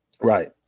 Right